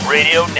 Radio